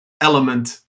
element